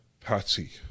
Patsy